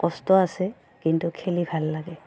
কষ্ট আছে কিন্তু খেলি ভাল লাগে